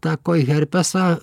tą koiherpesą